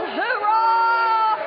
Hoorah